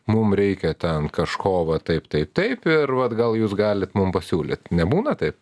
mum reikia ten kažko va taip taip taip ir vat gal jūs galit mum pasiūlyt nebūna taip